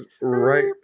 Right